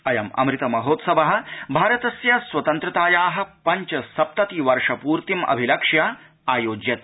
अयम् अमृत महोत्सव भारतस्य स्वतन्त्रताया पञ्च सप्तति वर्षपूर्तिम् अभिलक्ष्य आयोज्यते